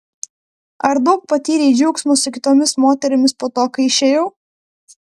ar daug patyrei džiaugsmo su kitomis moterimis po to kai išėjau